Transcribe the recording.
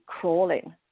crawling